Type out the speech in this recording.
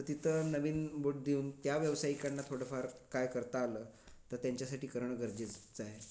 तर तिथं नवीन बोट देऊन त्या व्यावसायिकांना थोडंफार काही करता आलं तर त्यांच्यासाठी करणं गरजेचं आहे